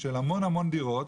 של המון המון דירות,